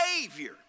Savior